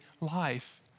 life